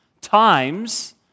times